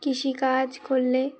কৃষিকাজ করলে